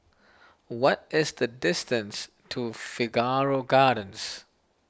what is the distance to Figaro Gardens